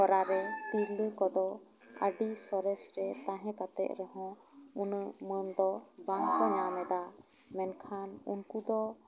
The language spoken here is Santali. ᱦᱚᱨᱟ ᱨᱮ ᱛᱤᱨᱞᱟᱹ ᱠᱚᱫᱚ ᱟᱹᱰᱤ ᱥᱚᱨᱮᱥ ᱨᱮ ᱛᱟᱦᱮᱸ ᱠᱟᱛᱮᱜ ᱨᱮᱦᱚᱸ ᱩᱱᱟᱹᱜ ᱢᱟᱹᱱ ᱫᱚ ᱵᱟᱝ ᱠᱚ ᱧᱟᱢᱮᱫᱟ ᱢᱮᱱᱠᱷᱟᱱ ᱩᱱᱠᱩ ᱫᱚ